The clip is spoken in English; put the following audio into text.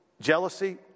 jealousy